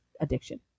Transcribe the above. addiction